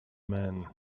men